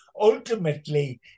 Ultimately